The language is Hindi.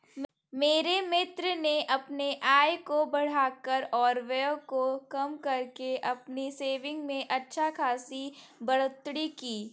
मेरे मित्र ने अपने आय को बढ़ाकर और व्यय को कम करके अपनी सेविंग्स में अच्छा खासी बढ़ोत्तरी की